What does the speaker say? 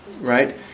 right